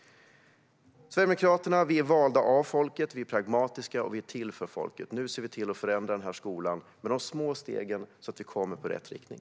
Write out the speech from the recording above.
Sverigedemokraterna är valda av folket, är pragmatiska och är till för folket. Nu ser vi till att förändra den här skolan med de små stegen, så att vi kommer i rätt riktning.